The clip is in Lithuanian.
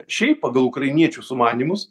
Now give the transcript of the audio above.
šiaip pagal ukrainiečių sumanymus